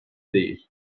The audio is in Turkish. değil